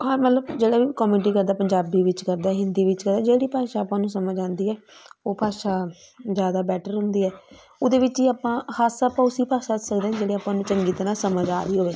ਹਾਂ ਮਤਲਬ ਜਿਹੜਾ ਵੀ ਕੋਮੇਡੀ ਕਰਦਾ ਪੰਜਾਬੀ ਵਿੱਚ ਕਰਦਾ ਹਿੰਦੀ ਵਿੱਚ ਹੈ ਜਿਹੜੀ ਭਾਸ਼ਾ ਆਪਾਂ ਨੂੰ ਸਮਝ ਆਉਂਦੀ ਹੈ ਉਹ ਭਾਸ਼ਾ ਜ਼ਿਆਦਾ ਬੈਟਰ ਹੁੰਦੀ ਹੈ ਉਹਦੇ ਵਿੱਚ ਹੀ ਆਪਾਂ ਹੱਸ ਆਪਾਂ ਉਸੀ ਭਾਸ਼ਾ 'ਚ ਸਕਦੇ ਜਿਹੜੇ ਆਪਾਂ ਨੂੰ ਚੰਗੀ ਤਰ੍ਹਾਂ ਸਮਝ ਆ ਰਹੀ ਹੋਵੇ